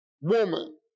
woman